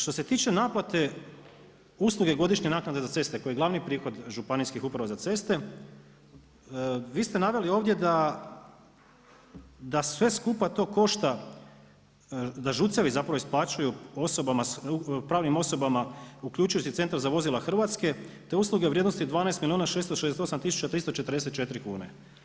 Što se tiče naplate usluge godišnje naknade za ceste koji je glavni prihod županijskih uprava za ceste vi ste naveli ovdje da sve skupa to košta da ŽUC-evi zapravo isplaćuju pravnim osobama uključujući Centar za vozila Hrvatske te usluge u vrijednosti od 12 milijuna 668 tisuća 344 kune.